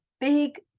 big